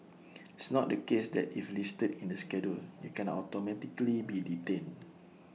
it's not the case that if listed in the schedule you can automatically be detained